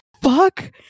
fuck